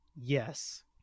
Yes